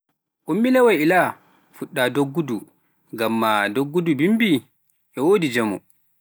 Ummilawa Ilaa fuɗɗa doggudu ngamma duggudu bimbi, e wodi njaamu.